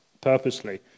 purposely